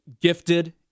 gifted